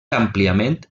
àmpliament